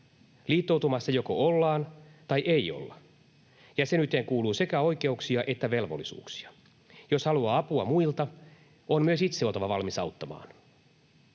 Liittoutumassa joko ollaan tai ei olla. Jäsenyyteen kuuluu sekä oikeuksia että velvollisuuksia. Jos haluaa apua muilta, on myös itse oltava valmis auttamaan.